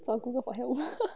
找 google for help